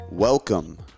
Welcome